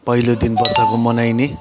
पहिलो दिन वर्षको मनाइने